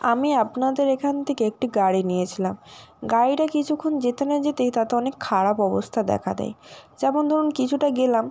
আমি আপনাদের এখান থেকে একটি গাড়ি নিয়েছিলাম গাড়িটা কিছুক্ষণ যেতে না যেতেই তাতে অনেক খারাপ অবস্থা দেখা দেয় যেমন ধরুন কিছুটা গেলাম